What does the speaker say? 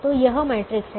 तो यह मैट्रिक्स है